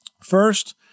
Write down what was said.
first